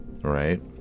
right